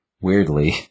weirdly